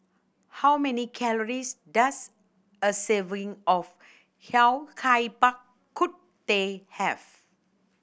how many calories does a serving of Yao Cai Bak Kut Teh have